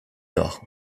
nord